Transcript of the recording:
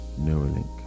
Neuralink